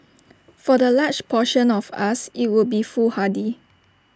for the large portion of us IT would be foolhardy